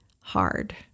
hard